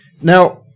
now